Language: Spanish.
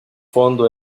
fondo